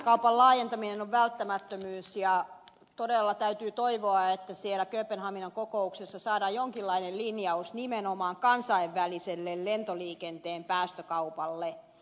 päästökaupan laajentaminen on välttämättömyys ja todella täytyy toivoa että siellä kööpenhaminan kokouksessa saadaan jonkinlainen linjaus nimenomaan kansainväliselle lentoliikenteen päästökaupalle